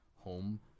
home